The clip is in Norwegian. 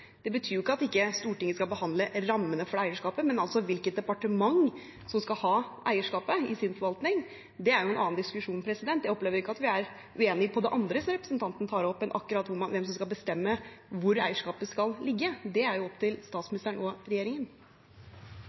Det betyr jo ikke at ikke Stortinget skal behandle rammene for det eierskapet, men hvilket departement som skal ha eierskapet i sin forvaltning, er en annen diskusjon. Jeg opplever ikke at vi er uenige om det andre som representanten tar opp, men akkurat hvem som skal bestemme hvor eierskapet skal ligge, er opp til statsministeren og regjeringen.